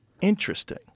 Interesting